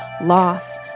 loss